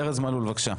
ארז מלול, בבקשה.